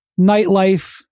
nightlife